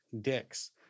Dick's